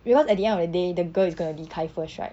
because at the end of the day the girl is going to 离开 first right